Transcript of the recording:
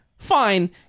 Fine